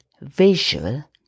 visual